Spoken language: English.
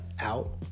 out